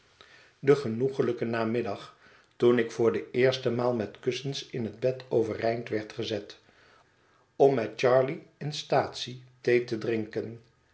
den genoeglijken namiddag toen ik voor de eerste maal met kussens in het bed overeind werd gezet om met charley in staatsie thee te drinken